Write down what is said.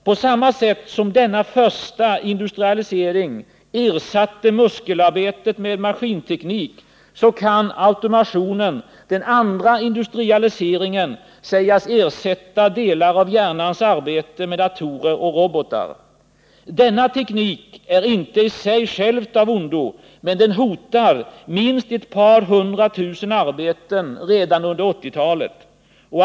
På samma sätt som denna första industrialisering ersatte muskelarbetet med maskinteknik kan automationen, den andra industrialiseringen, sägas ersätta delar av hjärnans arbete med datorer och robotar. Denna nya teknik är inte i sig själv av ondo, men den hotar minst ett par hundra tusen arbeten redan under 1980-talet.